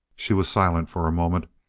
she was silent for a moment,